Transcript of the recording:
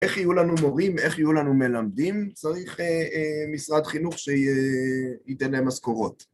איך יהיו לנו מורים, איך יהיו לנו מלמדים, צריך משרד חינוך שייתן להם משכורות.